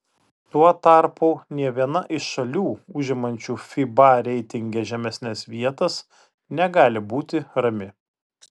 tuo tarpu nė viena iš šalių užimančių fiba reitinge žemesnes vietas negali būti rami